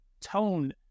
tone